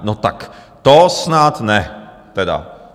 No tak to snad ne teda!